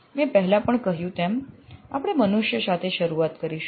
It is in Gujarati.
મેં પહેલા પણ કહ્યું તેમ આપણે મનુષ્ય સાથે શરૂઆત કરીશું